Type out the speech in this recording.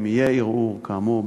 אם יהיה ערעור כאמור,